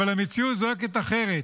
אבל המציאות זועקת אחרת.